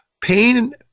pain